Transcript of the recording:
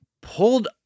pulled